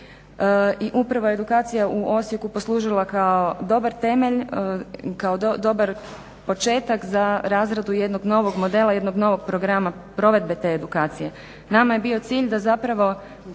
I upravo je edukacija u Osijeku poslužila kao dobar temelj, kao dobar početak za razradu jednog novog modela, jednog novog programa provedbe te edukacije. Nama je bio cilj da zapravo,